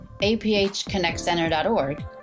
aphconnectcenter.org